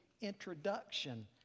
introduction